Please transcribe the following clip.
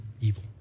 evil